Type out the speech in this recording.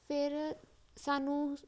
ਫਿਰ ਸਾਨੂੰ